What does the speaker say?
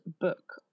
book